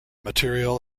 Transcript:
material